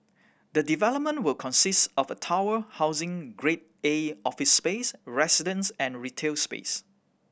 the development will consist of a tower housing Grade A office space residences and retail space